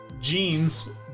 jeans